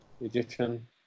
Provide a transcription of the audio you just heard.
Egyptian